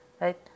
right